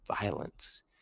violence